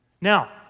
Now